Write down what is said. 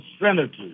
senators